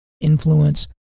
influence